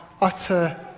utter